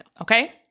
Okay